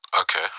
Okay